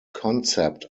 concept